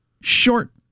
short